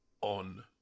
on